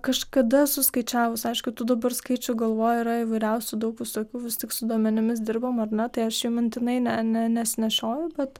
kažkada suskaičiavus aišku tų dabar skaičių galvoj yra įvairiausių daug visokių vis tik su duomenimis dirbam ar ne tai aš jų mintinai ne ne nesinešioju bet